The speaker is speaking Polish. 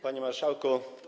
Panie Marszałku!